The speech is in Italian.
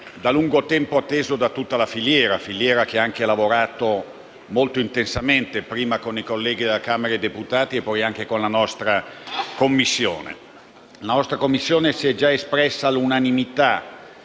da lungo tempo atteso da tutta la filiera, che ha anche lavorato molto intensamente prima con i colleghi della Camera dei deputati e, poi, anche con la nostra Commissione. La nostra Commissione si è già espressa all'unanimità